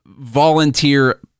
volunteer